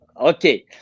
Okay